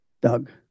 Doug